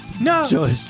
No